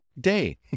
day